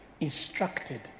instructed